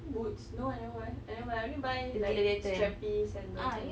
boots no I never buy I never buy I only buy like strappies and the tu